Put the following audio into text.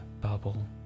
bubble